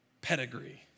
pedigree